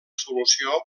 solució